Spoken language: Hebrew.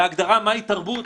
וההגדרה מהי תרבות,